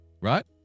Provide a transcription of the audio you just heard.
right